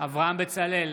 אברהם בצלאל,